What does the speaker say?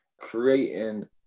creating